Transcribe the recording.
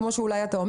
כמו שאתה,